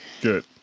Good